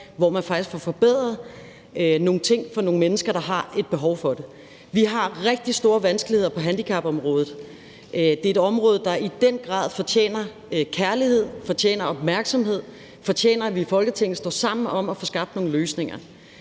hvor man faktisk får forbedret nogle ting for nogle mennesker, der har et behov for det. Vi har rigtig store vanskeligheder på handicapområdet. Det er et område, der i den grad fortjener kærlighed, fortjener opmærksomhed, fortjener, at vi i Folketinget står sammen om at få skabt nogle løsninger.